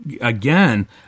again